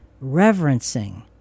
reverencing